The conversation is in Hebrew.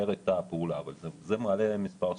אבל זה מעלה מספר שאלות.